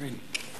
אמן.